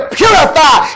purify